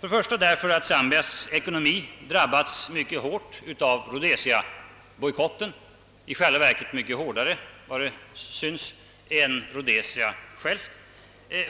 För det första därför att Zambias ekonomi drabbas mycket hårt av Rhodesia-bojkotten, i själva verket mycket hårdare än Rhodesia självt.